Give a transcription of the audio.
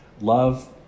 love